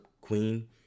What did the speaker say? queen